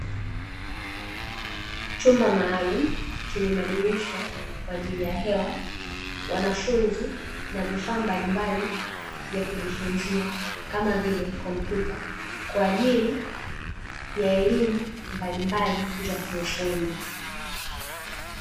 Chumba maalumu chenye madirisha kwa ajili ya hewa, wanafunzi, na vifaa mbalimbali vya kujifunzia, kama vile kompyuta, kwa ajili ya elimu mbalimbali za kiufundi.